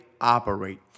operate